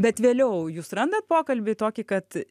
bet vėliau jūs randat pokalbį tokį kad